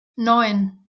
neun